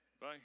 Bye